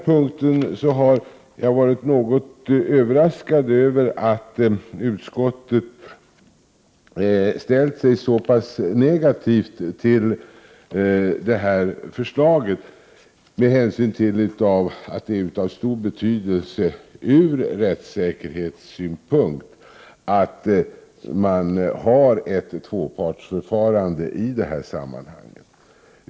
Jag har varit något överraskad över att utskottet ställt sig så pass negativt till det här förslaget, eftersom det är av stor betydelse ur rättssäkerhetssynpunkt att man har ett tvåpartsförfarande i detta sammanhang.